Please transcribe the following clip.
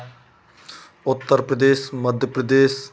Uttar Pradesh Madhya Pradesh